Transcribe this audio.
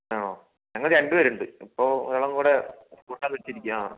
ആണോ ഞങ്ങള് രണ്ട് പേരുണ്ട് ഇപ്പോൾ ഒരാളേയും കൂടെ കൂട്ടാമെന്ന് വെച്ചിരിക്കുകയാണ്